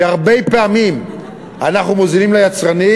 כי הרבה פעמים אנחנו מוזילים ליצרנים,